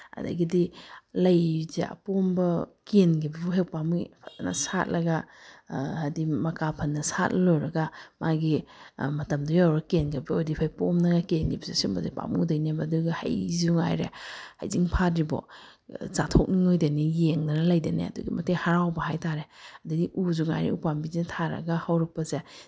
ꯑꯗꯒꯤꯗꯤ ꯂꯩꯁꯦ ꯑꯄꯣꯝꯕ ꯀꯦꯟꯈꯤꯕꯐꯥꯑꯣ ꯍꯦꯛ ꯄꯥꯝꯃꯨꯏ ꯐꯖꯅ ꯁꯥꯠꯂꯒ ꯍꯥꯏꯗꯤ ꯃꯀꯥ ꯐꯟꯅ ꯁꯥꯠ ꯂꯣꯏꯔꯒ ꯃꯥꯒꯤ ꯃꯇꯝꯗꯣ ꯌꯧꯔꯒ ꯀꯦꯟꯈꯤꯕ ꯑꯣꯏꯗꯤ ꯐꯩ ꯄꯣꯝꯗꯅ ꯀꯦꯟꯈꯤꯕꯁꯤ ꯁꯨꯝꯕꯁꯦ ꯄꯥꯝꯃꯨꯗꯣꯏꯅꯦꯕ ꯑꯗꯨꯒ ꯍꯩꯁꯤꯁꯨ ꯉꯥꯏꯔꯦ ꯍꯩꯖꯤꯡ ꯐꯥꯗ꯭ꯔꯤꯐꯥꯎ ꯆꯥꯊꯣꯛꯅꯤꯉꯣꯏꯗꯣꯏꯅꯤ ꯌꯦꯡꯗꯅ ꯂꯩꯗꯣꯏꯅꯤ ꯑꯗꯨꯛꯀꯤ ꯃꯇꯤꯛ ꯍꯔꯥꯎꯕ ꯍꯥꯏ ꯇꯥꯔꯦ ꯑꯗꯩꯗꯤ ꯎꯁꯨ ꯉꯥꯏꯔꯦ ꯎ ꯄꯥꯝꯕꯤꯁꯦ ꯊꯥꯔꯒ ꯍꯧꯔꯛꯄꯁꯦ